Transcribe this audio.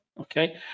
okay